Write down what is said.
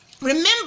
Remember